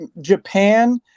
Japan